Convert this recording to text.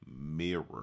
mirror